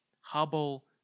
Hubble